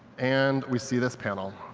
and we see this panel.